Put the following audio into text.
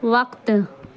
وقت